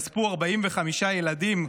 נספו 45 ילדים,